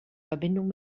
verbindung